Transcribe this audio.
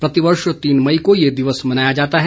प्रतिवर्ष तीन मई को यह दिवस मनाया जाता है